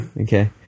okay